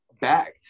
back